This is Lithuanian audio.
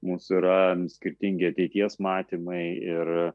mūsų yra skirtingi ateities matymai ir